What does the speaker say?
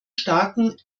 starken